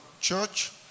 church